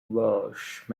walsh